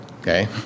Okay